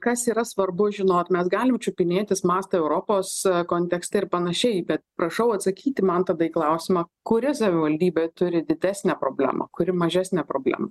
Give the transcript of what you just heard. kas yra svarbu žinot mes galim čiupinėtis mastą europos kontekste ir panašiai be prašau atsakyti man tada į klausimą kuri savivaldybė turi didesnę problemą kuri mažesnę problem